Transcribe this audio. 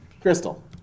Crystal